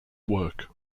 work